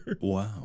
wow